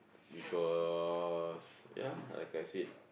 because ya like I said